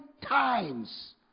times